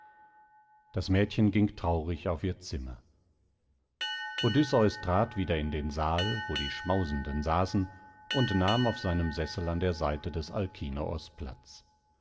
das mädchen ging traurig auf ihr zimmer odysseus trat wieder in den saal wo die schmausenden saßen und nahm auf seinem sessel an der seite des alkinoos platz